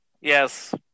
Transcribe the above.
Yes